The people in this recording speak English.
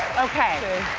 okay.